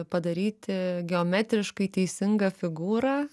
padaryti geometriškai teisingą figūrą